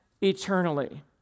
eternally